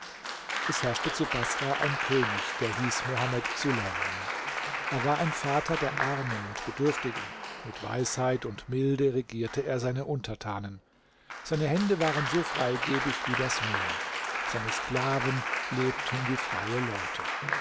es herrschte zu baßrah ein könig der hieß mohammed suleiman er war ein vater der armen und bedürftigen mit weisheit und milde regierte er seine untertanen seine hände waren so freigebig wie das meer seine sklaven lebten wie freie leute